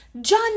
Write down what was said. john